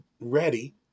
ready